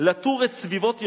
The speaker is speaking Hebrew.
לתור את סביבות ירושלים,